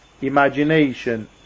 imagination